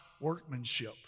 workmanship